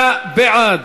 28 בעד,